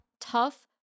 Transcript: tough